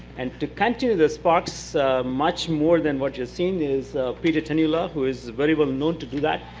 and to continue the sparks much more than what you are seeing is peter tenhula, who is very well known to do that,